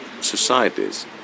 societies